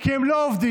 כי הם לא עובדים,